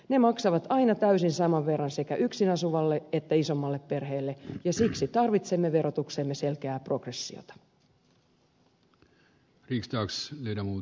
ne maksavat aina täysin saman verran sekä yksin asuvalle että isommalle perheelle ja siksi tarvitsemme verotukseemme selkeää progressiota